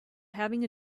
having